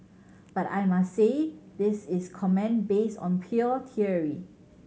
but I must say this is comment based on pure theory